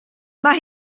mae